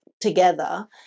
together